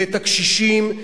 ואת הקשישים,